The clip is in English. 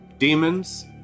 Demons